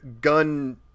gun